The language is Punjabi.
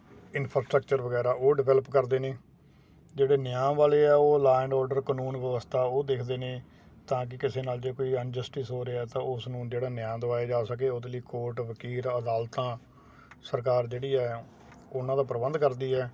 ਇਨਫਰਾਸਟਰਕਚਰ ਵਗੈਰਾ ਉਹ ਡਿਵੈਲਪ ਕਰਦੇ ਨੇ ਜਿਹੜੇ ਨਿਆਂ ਵਾਲੇ ਆ ਉਹ ਲਾਅ ਐਂਡ ਆਰਡਰ ਕਾਨੂੰਨ ਵਿਵਸਥਾ ਉਹ ਦੇਖਦੇ ਨੇ ਤਾਂ ਕਿ ਕਿਸੇ ਨਾਲ ਜੇ ਕੋਈ ਅਨਜਸਟਿਸ ਹੋ ਰਿਹਾ ਤਾਂ ਉਸ ਨੂੰ ਜਿਹੜਾ ਨਿਆਂ ਦਿਵਾਇਆ ਜਾ ਸਕੇ ਉਹਦੇ ਲਈ ਕੋਰਟ ਵਕੀਲ ਅਦਾਲਤਾਂ ਸਰਕਾਰ ਜਿਹੜੀ ਹੈ ਉਹਨਾਂ ਦਾ ਪ੍ਰਬੰਧ ਕਰਦੀ ਹੈ